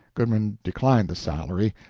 goodman declined the salary,